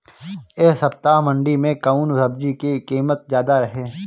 एह सप्ताह मंडी में कउन सब्जी के कीमत ज्यादा रहे?